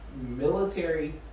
military